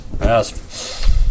Yes